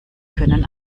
können